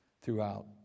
throughout